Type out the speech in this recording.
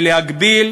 ולהגביל,